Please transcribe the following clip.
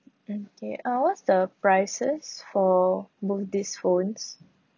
okay uh what's the prices for both these phones